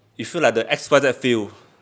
you feel like the X_Y_Z feel